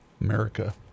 America